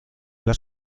las